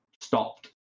stopped